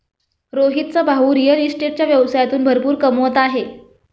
रोहितचा भाऊ रिअल इस्टेटच्या व्यवसायातून भरपूर कमवत आहे